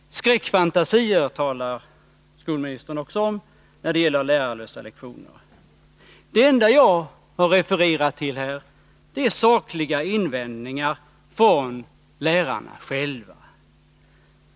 Skräckfantasier talar skolministern också om när det gäller lärarlösa lektioner. Det enda jag har refererat till är sakliga invändningar från lärarna själva.